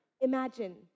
imagine